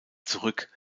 zurück